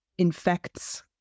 Infects